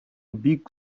бик